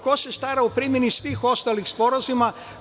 Ko se stara o primeni svih ostalih sporazuma?